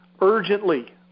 urgently